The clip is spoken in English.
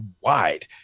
wide